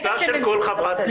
זכותה של כל חברת כנסת.